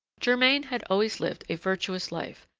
germain had always lived a virtuous life,